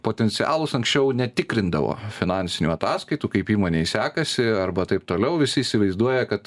potencialūs anksčiau netikrindavo finansinių ataskaitų kaip įmonei sekasi arba taip toliau visi įsivaizduoja kad